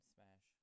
Smash